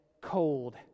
cold